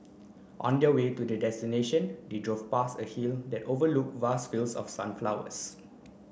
on the way to their destination they drove past a hill that overlook vast fields of sunflowers